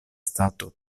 stato